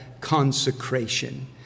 consecration